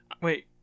Wait